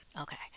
Okay